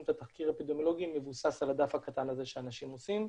את התחקיר האפידמיולוגי מבוסס על הדף הקטן הזה שאנשים עושים.